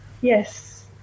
Yes